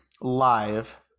live